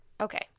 Okay